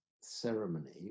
ceremony